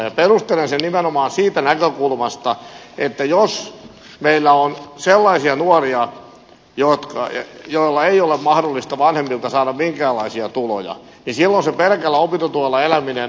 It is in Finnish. perustelen sen nimenomaan siitä näkökulmasta että jos meillä on sellaisia nuoria joilla ei ole mahdollista vanhemmilta saada minkäänlaisia tuloja niin silloin se pelkällä opintotuella eläminen on aika niukkaa